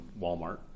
walmart